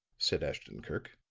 said ashton-kirk.